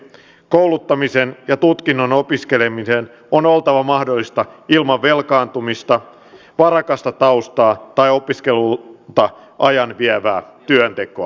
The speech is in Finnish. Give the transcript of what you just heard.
kouluttamisen ja tutkinnon opiskelemisen on oltava mahdollista ilman velkaantumista varakasta taustaa tai opiskeluilta ajan vievää työntekoa